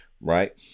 right